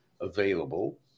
available